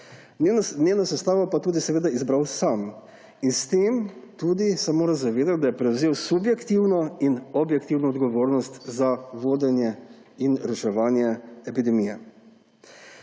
Njeno sestavo pa je tudi izbral sam in s tem se mora zavedati, da je prevzel subjektivno in objektivno odgovornost za vodenje in reševanje epidemije.